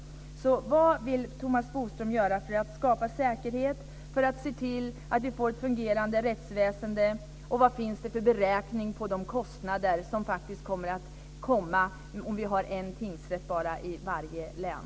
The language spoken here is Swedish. Vad vill Thomas Bodström göra för att skapa säkerhet och för att se till att vi får ett fungerande rättsväsende? Vad finns det för beräkning av de kostnader som faktiskt kommer att visa sig om vi bara har en tingsrätt i varje län?